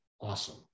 awesome